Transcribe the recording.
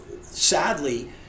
sadly